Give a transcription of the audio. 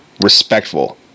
respectful